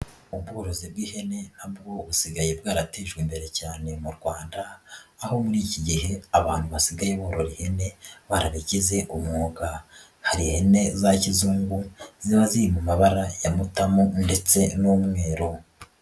Ubworozi bw'ihene na bwo busigaye bwaratejwe imbere cyane mu Rwanda, aho muri iki gihe abantu basigaye borora ihene barabigize umwuga, hari ihene za kizungu ziba ziri mu mabara ya mutamu ndetse n'umweru.